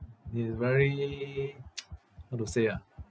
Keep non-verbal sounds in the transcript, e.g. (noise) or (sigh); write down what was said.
it's very (noise) how to say ah